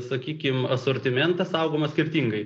sakykim asortimentas saugomas skirtingai